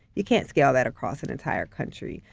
you can't scale that across an entire country.